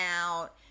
out